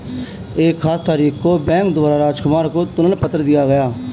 एक खास तारीख को बैंक द्वारा राजकुमार को तुलन पत्र दिया गया